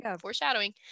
foreshadowing